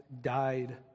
died